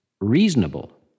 reasonable